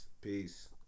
peace